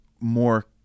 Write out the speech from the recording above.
more